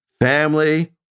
Family